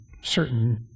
certain